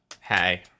hey